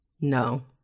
No